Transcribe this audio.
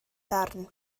darn